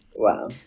Wow